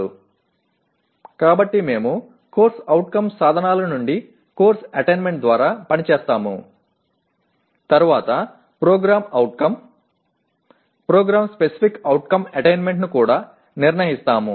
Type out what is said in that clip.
కాబట్టి మేము CO సాధనల నుండి కోర్సు అటైన్మెంట్ ద్వారా పని చేస్తాము తరువాత PO PSO అటైన్మెంట్ ను కూడా నిర్ణయిస్తాము